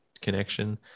connection